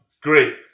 Great